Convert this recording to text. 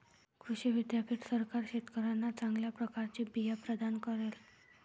कृषी विद्यापीठ सरकार शेतकऱ्यांना चांगल्या प्रकारचे बिया प्रदान करेल